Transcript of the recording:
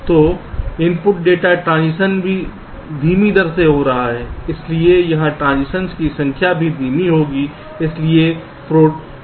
तो input data transition भी धीमी दर से हो रहा है इसलिए यहां ट्रांसिशन्स की संख्या भी धीमी होगी इसलिए प्रोडक्ट जैसे जनरेट हुए